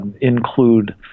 include